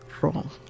wrong